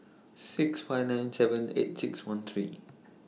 six five nine seven eight six one three